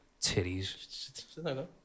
titties